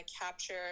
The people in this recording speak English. capture